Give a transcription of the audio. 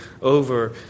over